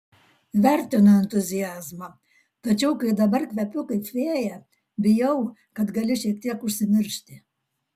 vertinu entuziazmą tačiau kai dabar kvepiu kaip fėja bijau kad gali šiek tiek užsimiršti